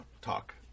talk